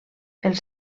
els